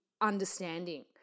understanding